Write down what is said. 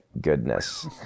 goodness